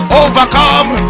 overcome